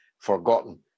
Forgotten